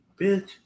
bitch